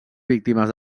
víctimes